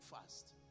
fast